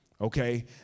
Okay